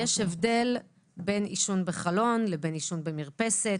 יש הבדל בין עישון בחלון לבין עישון במרפסת.